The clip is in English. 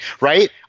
right